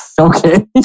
Okay